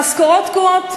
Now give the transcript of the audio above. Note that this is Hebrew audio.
המשכורות תקועות,